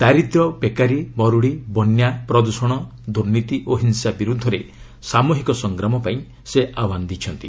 ଦାରିଦ୍ର୍ୟ ବେକାରୀ ମରୁଡ଼ି ବନ୍ୟା ପ୍ରଦୂଷଣ ଦୁର୍ନୀତି ଓ ହିଂସା ବିରୁଦ୍ଧରେ ସାମୁହିକ ସଂଗ୍ରାମ ପାଇଁ ସେ ଆହ୍ୱାନ ଦେଇଛନ୍ତି